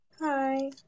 Hi